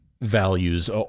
values